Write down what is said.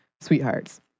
sweethearts